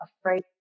afraid